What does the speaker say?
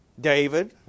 David